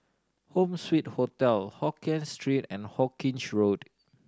Home Suite Hotel Hokien Street and Hawkinge Road